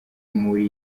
muri